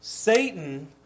Satan